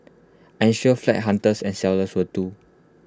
I am sure flat hunters and sellers will too